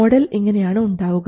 model ഇങ്ങനെയാണ് ഉണ്ടാവുക